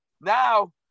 Now